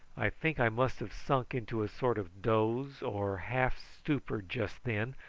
i think i must have sunk into a sort of doze or half stupor just then,